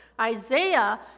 Isaiah